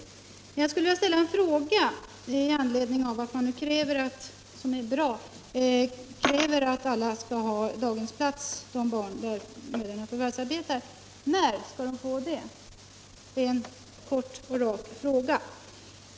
Men jag skulle vilja ställa en fråga med anledning av att man nu kräver — vilket är bra — att alla barn vilkas mödrar förvärvsarbetar skall ha daghemsplats. När skall de få det? Det är en kort och rak fråga.